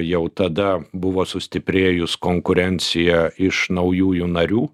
jau tada buvo sustiprėjus konkurencija iš naujųjų narių